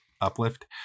uplift